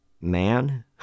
man